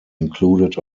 included